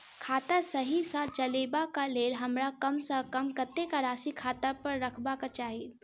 खाता सही सँ चलेबाक लेल हमरा कम सँ कम कतेक राशि खाता पर रखबाक चाहि?